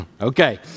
Okay